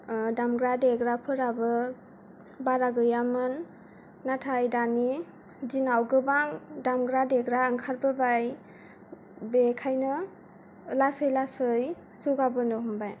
ओ दामग्रा देग्राफोराबो बारा गैयामोन नाथाय दानि दिनाव गोबां दामग्रा देग्रा ओंखारबोबाय बेखायनो लासै लासै जौगाबोनो हमबाय